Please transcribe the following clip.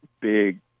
big